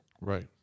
Right